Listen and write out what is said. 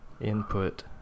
input